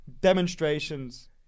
Demonstrations